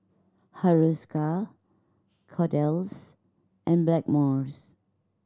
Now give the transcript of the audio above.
Hiruscar Kordel's and Blackmores